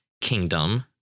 kingdom